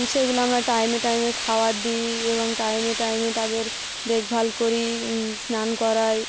সেগুলো আমরা টাইমে টাইমে খাবার দিই এবং টাইমে টাইমে তাদের দেখভাল করি স্নান করাই